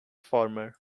former